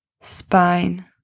spine